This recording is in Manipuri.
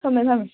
ꯊꯝꯃꯦ ꯊꯝꯃꯦ